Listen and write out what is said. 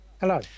Hello